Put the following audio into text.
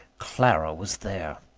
clara was there!